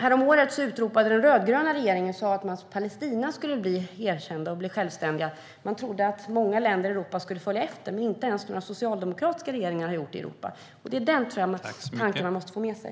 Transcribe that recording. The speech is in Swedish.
Häromåret gick den rödgröna regeringen ut med att Palestina skulle erkännas och bli självständigt. Man trodde att många länder i Europa skulle följa efter, men inte ens socialdemokratiska regeringar i Europa har gjort det. Det är den tanken jag tror att man måste få med sig.